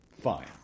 fine